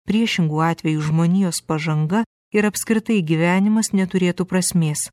priešingu atveju žmonijos pažanga ir apskritai gyvenimas neturėtų prasmės